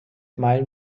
meilen